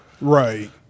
Right